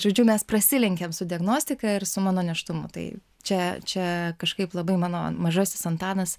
žodžiu mes prasilenkėm su diagnostika ir su mano nėštumu tai čia čia kažkaip labai mano mažasis antanas